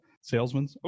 salesmen